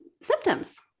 symptoms